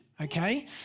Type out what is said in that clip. Okay